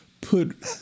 Put